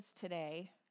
Today